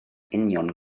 union